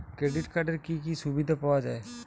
Credit কার্ডের কি কি সুবিধা পাওয়া যায়?